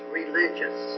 religious